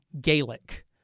Gaelic